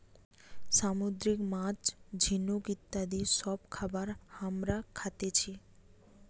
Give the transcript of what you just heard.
সামুদ্রিক মাছ, ঝিনুক ইত্যাদি সব খাবার হামরা খাতেছি